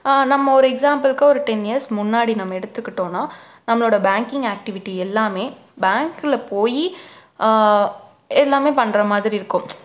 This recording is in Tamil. நம்ம ஒரு எக்ஸாம்பிள்க்கு ஒரு டென் இயர்ஸ் முன்னாடி நம்ம எடுத்துக்கிட்டோன்னா நம்மளோட பேங்கிங் ஆக்ட்டிவிடி எல்லாமே பேங்கில் போய் எல்லாமே பண்ணுற மாதிரி இருக்கும்